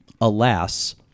Alas